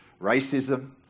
racism